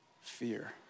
fear